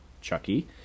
Chucky